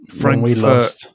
Frankfurt